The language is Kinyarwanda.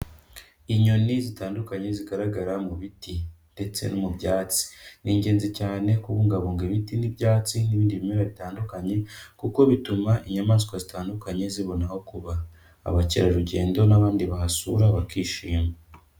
Inyoni zitandukanye zigaragara mu biti ndetse no mu byatsi. Ni ingenzi cyane kubungabunga ibiti n'ibyatsi n'ibindi bimera bitandukanye kuko bituma inyamaswa zitandukanye zibona aho kuba, abakerarugendo n'abandi bahasura bakishima.